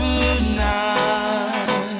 Goodnight